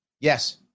Yes